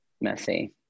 messy